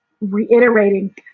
reiterating